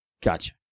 Gotcha